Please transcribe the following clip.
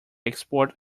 export